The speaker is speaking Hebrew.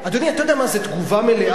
אדוני, אתה יודע מה זה תגובה מלאה?